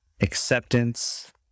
acceptance